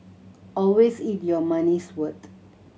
always eat your money's worth